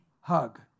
hug